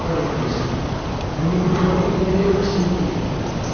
pareva di sì non mi poteva più né vedere né sentire